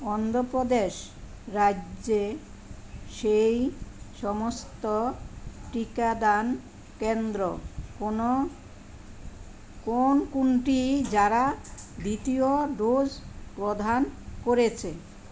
অন্ধ্র প্রদেশ রাজ্যে সেই সমস্ত টিকাদান কেন্দ্র কোনো কোন কোনটি যারা দ্বিতীয় ডোজ প্রদান করেছে